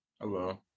Hello